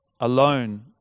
alone